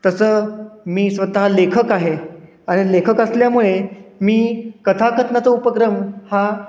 तसं मी स्वतः लेखक आहे आणि लेखक असल्यामुळे मी कथाकथनाचा उपक्रम हा